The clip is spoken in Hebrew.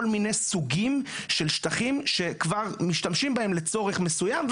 כל מיני סוגים של שטחים שכבר משתמשים בהם לצורך מסוים,